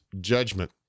judgment